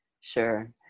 Sure